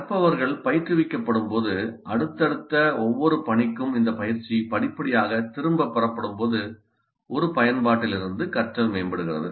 கற்பவர்கள் பயிற்றுவிக்கப்படும்போது அடுத்தடுத்த ஒவ்வொரு பணிக்கும் இந்த பயிற்சி படிப்படியாக திரும்பப் பெறப்படும்போது ஒரு பயன்பாட்டிலிருந்து கற்றல் மேம்படுகிறது